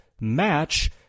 match